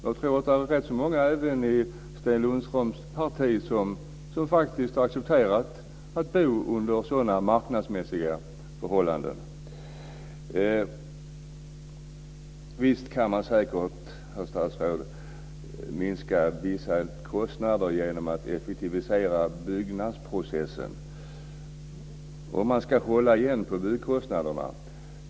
Jag tror att det är rätt många även i Sten Lundströms parti som har accepterat att bo under sådana marknadsmässiga förhållanden. Man kan säkert, herr statsråd, minska vissa kostnader genom att effektivisera byggnadsprocessen, om man ska hålla igen byggkostnaderna.